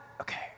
okay